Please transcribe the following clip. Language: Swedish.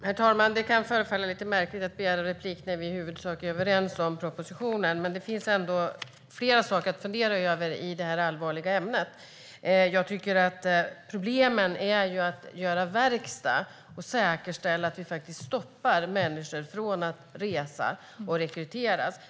Herr talman! Det kan förefalla lite märkligt att begära replik när vi i huvudsak är överens om propositionen, men det finns flera saker att fundera över i detta allvarliga ämne. Problemet är att göra verkstad och säkerställa att vi faktiskt stoppar människor från att resa och rekryteras.